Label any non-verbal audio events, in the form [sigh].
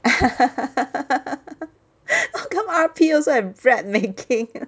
[laughs] how come R_P also have bread making